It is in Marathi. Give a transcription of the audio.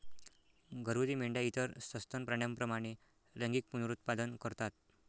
घरगुती मेंढ्या इतर सस्तन प्राण्यांप्रमाणे लैंगिक पुनरुत्पादन करतात